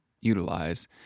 utilize